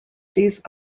these